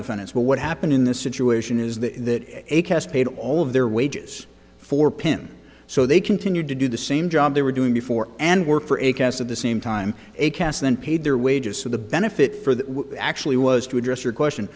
defendants but what happened in this situation is that a cast paid all of their wages for pin so they continued to do the same job they were doing before and work for a cast at the same time a cast then paid their wages so the benefit for that actually was to address your question